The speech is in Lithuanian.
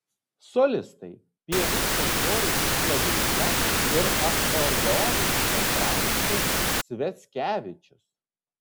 solistai pianistas joris sodeika ir akordeonininkas raimundas sviackevičius